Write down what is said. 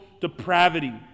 depravity